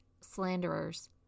slanderers